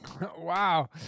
Wow